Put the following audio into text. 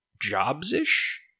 jobs-ish